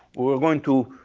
we're going to,